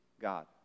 God